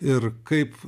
ir kaip